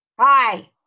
Hi